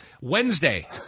Wednesday